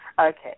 Okay